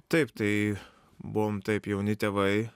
taip tai buvom taip jauni tėvai